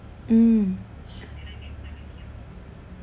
mm